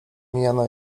mijano